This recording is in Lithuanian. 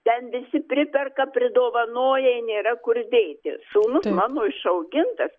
ten visi priperka pridovanoja nėra kur dėti sūnus mano išaugintas